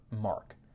mark